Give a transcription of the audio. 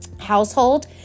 household